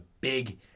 big